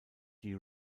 die